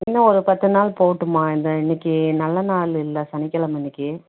இன்னம் ஒரு பத்துநாள் போகட்டும்மா இந்த இனறைக்கி நல்ல நாள் இல்லை சனிக்கெழமை இன்றைக்கி